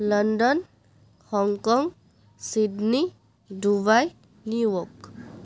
London Hong Kong Sydney Dubai New York